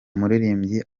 umuririmbyi